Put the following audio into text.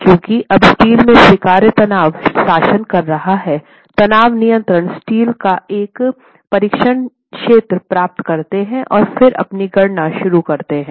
क्योंकि अब स्टील में स्वीकार्य तनाव शासन कर रहा है तनाव नियंत्रण स्टील का एक परीक्षण क्षेत्र प्राप्त करते हैं और फिर अपनी गणना शुरू करते हैं